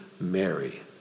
Mary